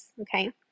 okay